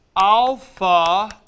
alpha